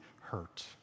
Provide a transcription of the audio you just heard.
hurt